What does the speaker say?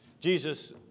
Jesus